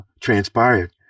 Transpired